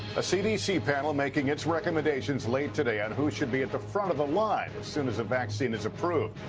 a cdc panel making its recommendations late today on who should be at the front of the line soon as the vaccine is approved.